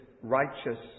righteous